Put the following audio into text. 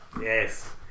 yes